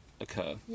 occur